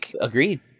Agreed